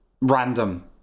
Random